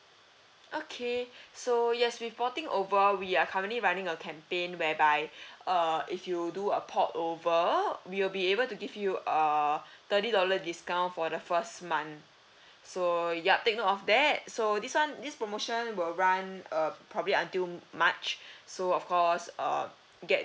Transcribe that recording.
okay so yes reporting over we are currently running a campaign where by uh if you do a port over we will be able to give you a thirty dollar discount for the first month so yup take note of that so this one this promotion will run uh probably until march so of course uh get